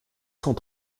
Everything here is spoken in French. cent